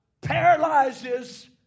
Paralyzes